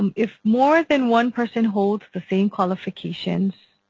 um if more than one person holds the same qualifications